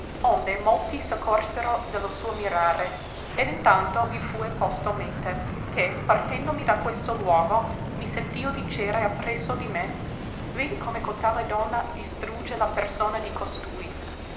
onde molti s'accorsero de lo suo mirare ed in tanto vi fue posto mente che partendomi da questo luogo mi sentio dicere appresso di me vedi come cotale donna distrugge la persona di costui